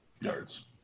Yards